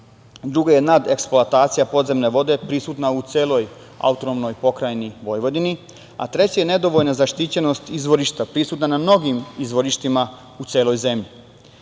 Druga je nadeksploatacija podzemne vode, prisutna u celoj AP Vojvodini. Treća je nedovoljna zaštićenost izvorišta, prisutna na mnogim izvorištima u celoj zemlji.U